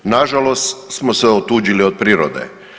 Nažalost smo se otuđili od prirode.